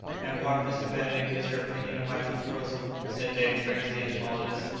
and what, mr. benedict, is your opinion of my proposal? said dick, turning to the entomologist.